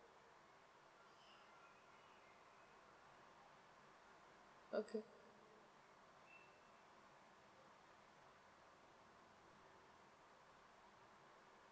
okay